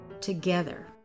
together